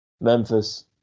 Memphis